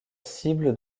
cible